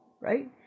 Right